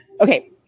Okay